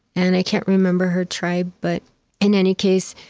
and i can't remember her tribe. but in any case,